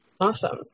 Awesome